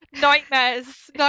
Nightmares